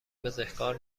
بزهکار